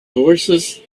horses